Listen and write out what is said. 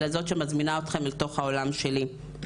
אלא זו שמזמינה אתכן לתוך העולם שלי.